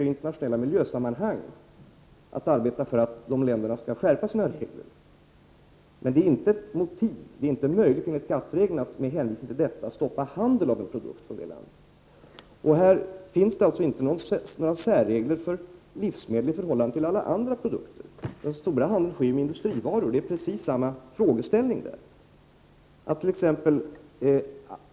I internationella miljösammanhang försöker vi arbeta för att dessa länder skall skärpa sina regler. Det är dock enligt GATT-reglerna inte möjligt att med hänvisning till sådana faktorer stoppa handel med produkter från landet. Det finns inte heller några särregler för livsmedel i förhållande till alla andra produkter. Den stora handeln sker ju med industrivaror. Samma frågeställningar blir aktuella även på det området.